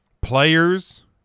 players